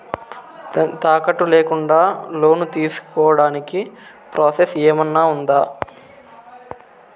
తాకట్టు లేకుండా లోను తీసుకోడానికి ప్రాసెస్ ఏమన్నా ఉందా?